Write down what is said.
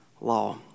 law